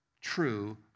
true